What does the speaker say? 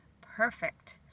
perfect